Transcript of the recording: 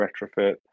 retrofit